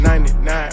99